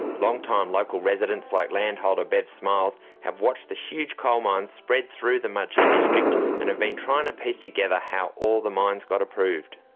long-time local residents like landholder bev smiles have watched the huge coal mines spread through the mudgee district, and have been trying to piece together how all the mines got approved.